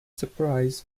surprise